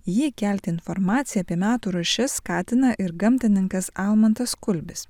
į jį kelti informaciją apie metų rūšis skatina ir gamtininkas almantas kulbis